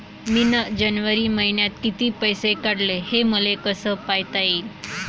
मिन जनवरी मईन्यात कितीक पैसे काढले, हे मले कस पायता येईन?